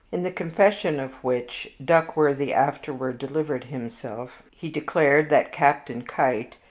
in the confession of which duckworthy afterward delivered himself he declared that captain keitt,